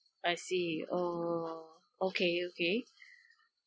I see oh okay okay